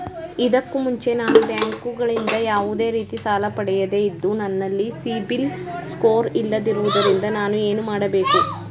ಇದಕ್ಕೂ ಮುಂಚೆ ನಾನು ಬ್ಯಾಂಕ್ ಗಳಿಂದ ಯಾವುದೇ ರೀತಿ ಸಾಲ ಪಡೆಯದೇ ಇದ್ದು, ನನಲ್ಲಿ ಸಿಬಿಲ್ ಸ್ಕೋರ್ ಇಲ್ಲದಿರುವುದರಿಂದ ನಾನು ಏನು ಮಾಡಬೇಕು?